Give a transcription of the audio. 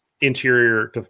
Interior